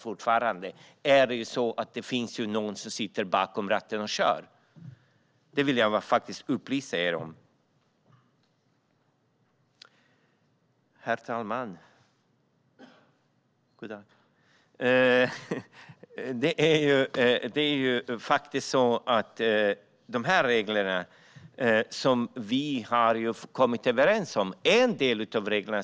Fortfarande är det ju någon som sitter bakom ratten och kör, vill jag upplysa er om. Herr ålderspresident!